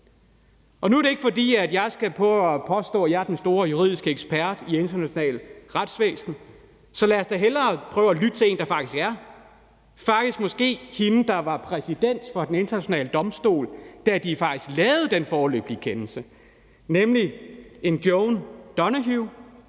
Og nu er det ikke, fordi jeg skal prøve at påstå, at jeg er den store juridiske ekspert i internationalt retsvæsen, så lad os da hellere prøve at lytte til en, der faktisk er det, og det er måske hende, der var præsident for Den Internationale Domstol, da de faktisk lavede den foreløbige kendelse, nemlig en Joan Donoghue,